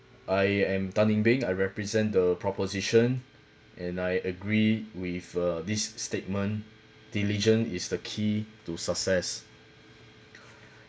I am tan eng beng I represent the proposition and I agree with uh this statement diligent is the key to success